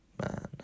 Man